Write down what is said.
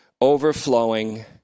Overflowing